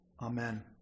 Amen